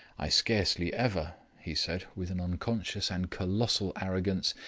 i scarcely ever, he said, with an unconscious and colossal arrogance,